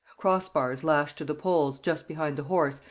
crossbars lashed to the poles, just behind the horse,